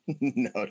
no